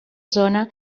zona